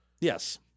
Yes